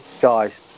guys